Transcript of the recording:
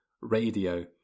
radio